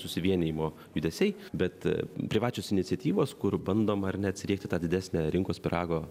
susivienijimo judesiai bet privačios iniciatyvos kur bandoma ar ne atsiriekti didesnę rinkos pyrago